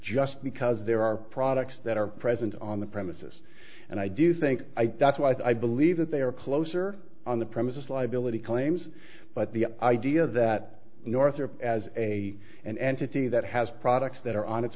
just because there are products that are present on the premises and i do think that's why i believe that they are closer on the premises liability claims but the idea that northrop as a an entity that has products that are on